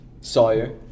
Sawyer